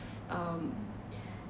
um